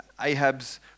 Ahab's